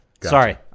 Sorry